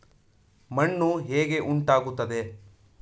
ಮಣ್ಣು ಹೇಗೆ ಉಂಟಾಗುತ್ತದೆ?